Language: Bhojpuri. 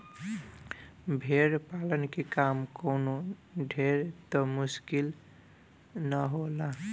भेड़ पालन के काम कवनो ढेर त मुश्किल ना होला